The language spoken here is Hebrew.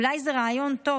אולי זה רעיון טוב,